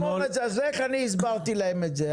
איך הסברתי להם את זה?